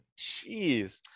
Jeez